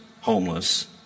homeless